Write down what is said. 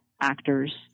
actors